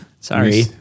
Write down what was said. sorry